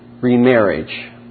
remarriage